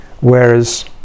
whereas